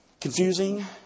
confusing